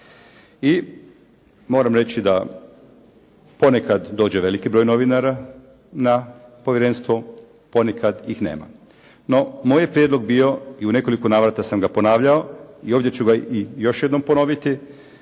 I moram reći da ponekad dođe veliki broj novinara na povjerenstvo, ponekad ih nema. No moj je prijedlog bio, i u nekoliko navrata sam ga ponavljao, i ovdje ću ga i još jednom ponoviti